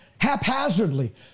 haphazardly